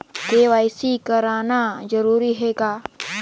KYC कराना जरूरी है का?